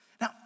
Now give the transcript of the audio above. Now